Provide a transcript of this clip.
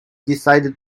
decided